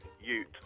ute